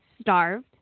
starved